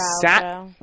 sat